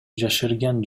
жашырган